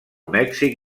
mèxic